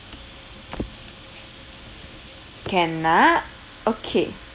can ah okay